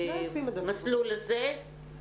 צריך לנסות לראות מה קורה עם ציוני המגן,